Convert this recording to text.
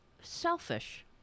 selfish